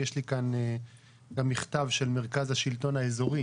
יש לי כאן גם מכתב של מרכז השלטון האזורי